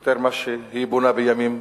יותר ממה שהיא בונה בימים